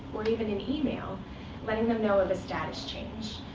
or even an email letting them know of a status change.